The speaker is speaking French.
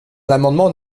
l’amendement